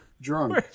drunk